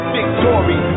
Victory